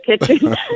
kitchen